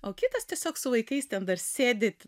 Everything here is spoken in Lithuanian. o kitas tiesiog su vaikais ten dar sėdi